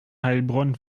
heilbronn